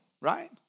right